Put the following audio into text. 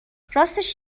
راستش